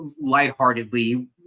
lightheartedly